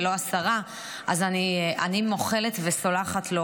ולא "השרה" אני מוחלת וסולחת לו,